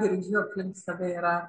girdžiu aplink save yra